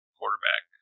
quarterback